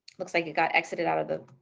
looks like you've got exited out of the